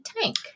tank